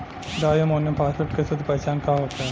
Di ammonium phosphate के शुद्ध पहचान का होखे?